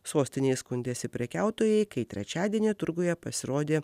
sostinėje skundėsi prekiautojai kai trečiadienį turguje pasirodė